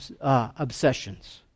obsessions